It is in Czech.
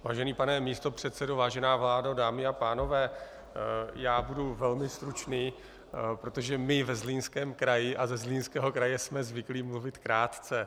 Vážený pane místopředsedo, vážená vládo, dámy a pánové, budu velmi stručný, protože my ve Zlínském kraji a ze Zlínského kraje jsme zvyklí mluvit krátce.